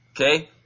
Okay